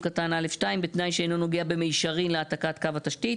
קטן (א)(2) בתנאי שאינו נוגע במישרין להעתקת קו התשתית".